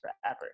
forever